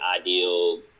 ideal